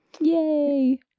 Yay